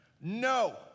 No